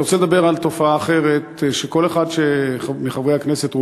אני רוצה לדבר על תופעה אחרת שכל אחד מחברי הכנסת,